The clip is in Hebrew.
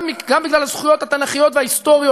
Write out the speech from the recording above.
גם בגלל הזכויות התנ"כיות וההיסטוריות,